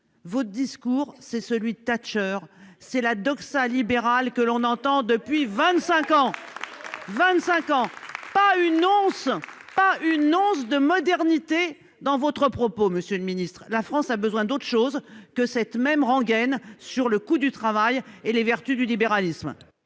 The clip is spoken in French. votre discours, c'est celui de Thatcher, c'est la doxa libérale que l'on entend depuis 25 ans. 25 ans. Pas une Once. Pas une Once de modernité dans votre propos, Monsieur le Ministre, la France a besoin d'autre chose que cette même rengaine sur le coût du travail et les vertus du libéralisme.